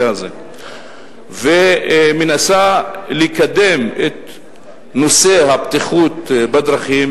הזה ומנסה לקדם את נושא הבטיחות בדרכים,